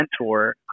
mentor